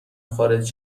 خارج